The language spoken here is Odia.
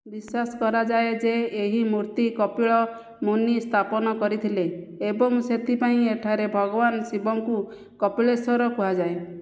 ବିଶ୍ୱାସ କରାଯାଏ ଯେ ଏହି ମୂର୍ତ୍ତି କପିଳ ମୁନି ସ୍ଥାପନ କରିଥିଲେ ଏବଂ ସେଥିପାଇଁ ଏଠାରେ ଭଗବାନ ଶିବଙ୍କୁ କପିଳେଶ୍ୱର କୁହାଯାଏ